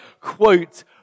quote